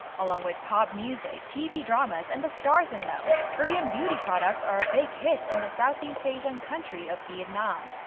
along with pop music, tv dramas and the stars in them. korean beauty products are a big hit in the southeast asian nation of vietnam.